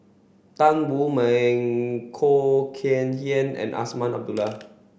Tan Wu Meng Khoo Kay Hian and Azman Abdullah